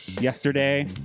yesterday